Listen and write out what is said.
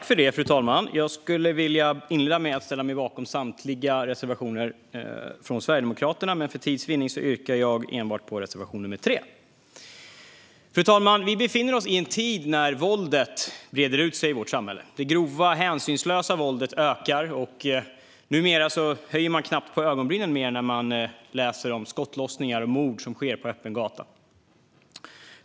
Fru talman! Jag skulle vilja inleda med att ställa mig bakom samtliga reservationer från Sverigedemokraterna, men för tids vinnande yrkar jag bifall endast till reservation nr 3. Fru talman! Vi befinner oss i en tid när våldet breder ut sig i vårt samhälle. Det grova hänsynslösa våldet ökar, och numera höjer man knappt på ögonbrynen när man läser om skottlossningar och mord som sker på öppen gata.